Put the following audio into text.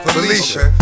Felicia